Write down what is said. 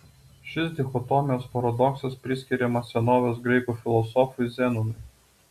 šis dichotomijos paradoksas priskiriamas senovės graikų filosofui zenonui